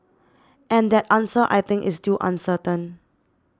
and that answer I think is still uncertain